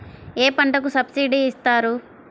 ఏ పంటకు సబ్సిడీ ఇస్తారు?